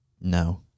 No